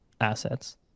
assets